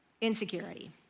Insecurity